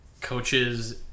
coaches